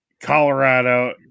Colorado